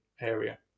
area